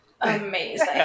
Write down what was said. Amazing